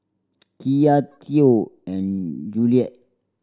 Kiya Theo and Juliette